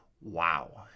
wow